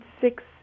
six